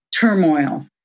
turmoil